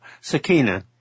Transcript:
Sakina